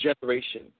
generation